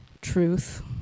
truth